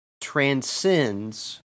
transcends